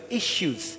issues